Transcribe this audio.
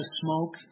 smoke